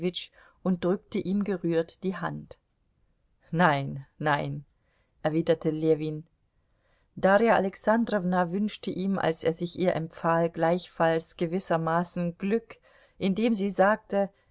und drückte ihm gerührt die hand nein nein erwiderte ljewin darja alexandrowna wünschte ihm als er sich ihr empfahl gleichfalls gewissermaßen glück indem sie sagte